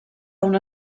una